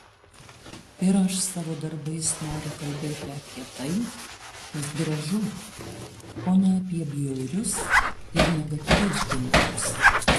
ir aš savo darbais noriu kalbėti apie tai kas gražu o ne apie bjaurius ir negatyvius dalykus